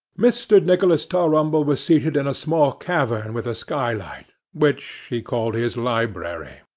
mr. nicholas tulrumble was seated in a small cavern with a skylight, which he called his library,